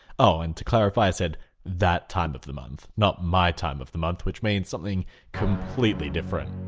oh and to clarify i said that time of the month not my time of the month which means something completely different,